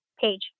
page